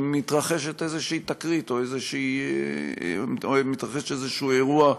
מתרחשת איזו תקרית או מתרחש איזה אירוע.